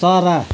चरा